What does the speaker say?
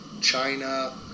China